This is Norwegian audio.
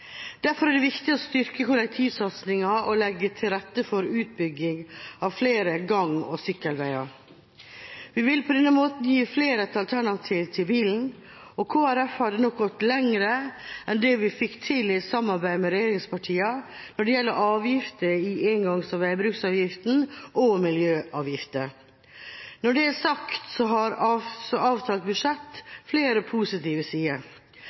Derfor er det viktig å styrke kollektivsatsinga og legge til rette for utbygging av flere gang- og sykkelveier. Vi vil på den måten gi flere et alternativ til bilen, og Kristelig Folkeparti hadde nok gått lenger enn det vi fikk til i samarbeid med regjeringspartiene når det gjelder avgifter i engangs- og veibruksavgiften og i miljøavgifter. Når det er sagt, så har avtalt budsjett flere positive sider.